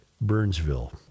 Burnsville